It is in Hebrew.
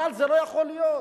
אבל זה לא יכול להיות,